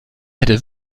hätte